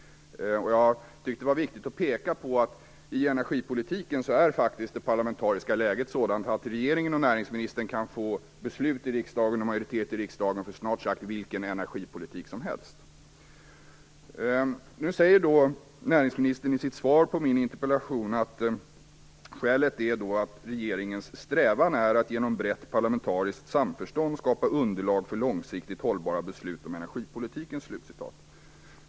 Jag tyckte det var viktigt att peka på att i energipolitiken är det parlamentariska läget sådant att regeringen och näringsministern kan få beslut och majoritet i riksdagen för snart sagt vilken energipolitik som helst. Nu säger näringsministern i sitt svar på min interpellation att skälet är att: "Regeringens strävan är att genom brett parlamentariskt samförstånd skapa underlag för långsiktigt hållbara beslut om energipolitiken."